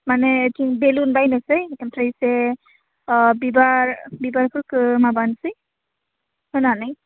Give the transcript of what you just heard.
माने एथिं बेलुन बायनोसै ओमफ्राय इसे बिबार बिबारफोरखौ माबानोसै होनानै